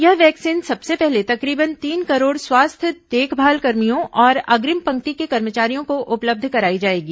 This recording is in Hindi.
यह वैक्सीन सबसे पहले तकरीबन तीन करोड़ स्वास्थ्य देखभाल कर्मियों और अग्रिम पंक्ति के कर्मचारियों को उपलब्धन कराई जाएगी